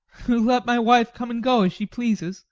who let my wife come and go as she pleases